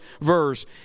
verse